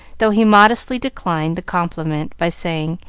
though he modestly declined the compliment by saying,